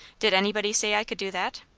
did anybody say i could do that?